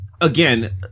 again